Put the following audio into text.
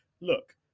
look